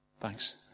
thanks